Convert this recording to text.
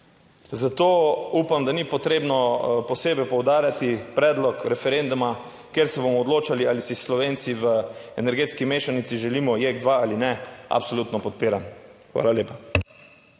Zato upam, da ni potrebno posebej poudarjati predlog referenduma, kjer se bomo odločali, ali si Slovenci v energetski mešanici želimo Jek 2 ali ne, absolutno podpiram. Hvala lepa.